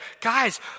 guys